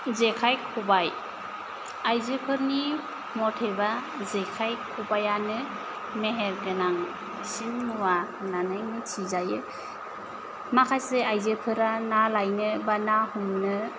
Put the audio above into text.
जेखाय खबाइ आयजोफोरनि मथेब्ला जेखाइ खबाइयानो मेहेर गोनांसिन मुवा होननानै मिनथिजायो माखासे आयजोफोरा ना लायनो बा ना हमनो